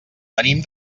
venim